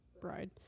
bride